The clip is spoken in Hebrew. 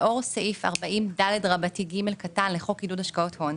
לאור סעיף 40ד(ג) לחוק עידוד השקעות הון,